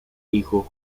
hijo